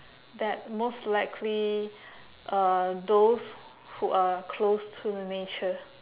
that most likely uh those who are close to the nature